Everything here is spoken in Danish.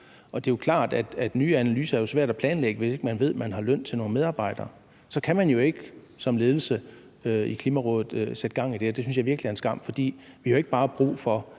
Og det er klart, at nye analyser er svære at planlægge, hvis man ikke ved, om man har løn til nogle medarbejdere. Så kan man jo ikke som ledelse i Klimarådet sætte gang i det her. Det synes jeg virkelig er en skam, for vi har jo ikke bare brug for